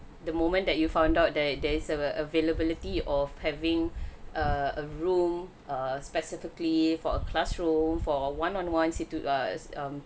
the moment that you found out that there is a availability of having a room err specifically for a classroom for one on one situ~ err um